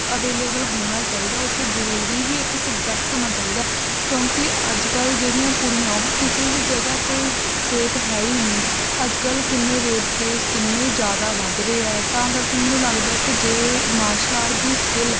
ਅਵੇਲੇਵਲ ਹੋਣਾ ਚਾਹੀਦਾ ਉੱਥੇ ਜ਼ਰੂਰੀ ਹੀ ਇੱਕ ਸਬਜੈਕਟ ਹੋਣਾ ਚਾਹੀਦਾ ਕਿਉਂਕਿ ਅੱਜ ਕੱਲ੍ਹ ਜਿਹੜੀਆਂ ਕੁੜੀਆਂ ਉਹ ਕਿਸੇ ਵੀ ਜਗ੍ਹਾ 'ਤੇ ਸੇਫ ਹੈ ਹੀ ਨਹੀਂ ਅੱਜ ਕੱਲ੍ਹ ਕਿੰਨੇ ਰੇਪ ਕੇਸ ਕਿੰਨੇ ਜ਼ਿਆਦਾ ਵੱਧ ਰਹੇ ਹੈ ਤਾਂ ਕਰਕੇ ਮੈਨੂੰ ਲੱਗਦਾ ਹੈ ਕਿ ਜੇ ਮਾਰਸ਼ਲ ਆਰਟ ਦੀ ਸਕਿੱਲ